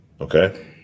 Okay